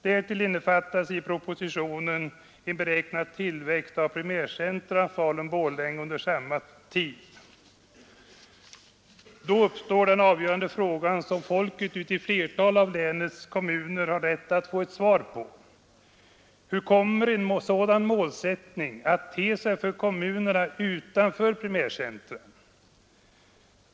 Därtill innefattas i propositionen en beräknad tillväxt av primärcentret, Falun-Borlänge, under samma tid. Då uppstår den avgörande frågan, som folket ute i ett flertal av länets kommuner har rätt att få svar på: Hur kommer en sådan målsättning att te sig för kommunerna utanför primärcentret?